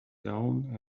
down